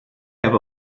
have